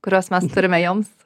kuriuos mes turime joms